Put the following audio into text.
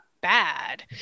bad